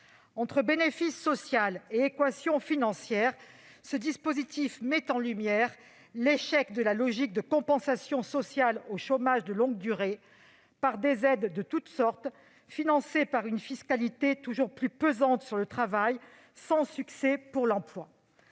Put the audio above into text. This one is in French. Entre bénéfice social et équation financière, ce dispositif met en lumière l'échec de la logique de compensation sociale du chômage de longue durée par des aides de toutes sortes, financées par une fiscalité sur le travail toujours plus pesante, sans succès pour l'emploi.,